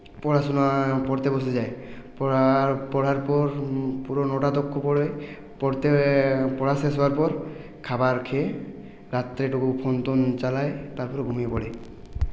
পড়াশোনা পড়তে বসে যাই পড়ার পড়ার পর পুরো নটা করে পড়তে পড়া শেষ হওয়ার পর খাবার খেয়ে রাত্রেটুকু ফোন টোন চালাই তারপর ঘুমিয়ে পড়ি